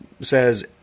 says